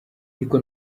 ariko